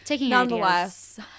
nonetheless